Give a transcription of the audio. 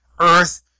Earth